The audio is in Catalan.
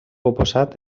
oposat